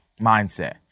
mindset